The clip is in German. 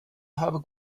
habe